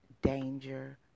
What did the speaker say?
danger